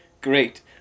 Great